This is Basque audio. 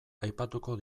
aipatuko